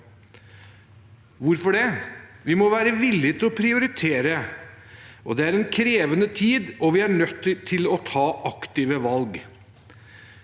Hvorfor det? Vi må være villig til å prioritere. Det er en krevende tid, og vi er nødt til å ta aktive valg.